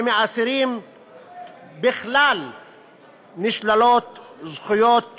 ומאסירים בכלל נשללות זכויות